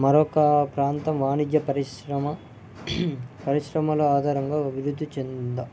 మరొక ప్రాంతం వాణిజ్య పరిశ్రమ పరిశ్రమల ఆధారంగా అభివృద్ధి చెందిందా